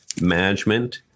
management